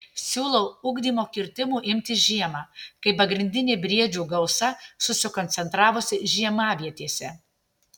siūlau ugdymo kirtimų imtis žiemą kai pagrindinė briedžių gausa susikoncentravusi žiemavietėse